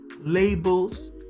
labels